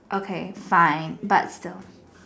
okay fine but still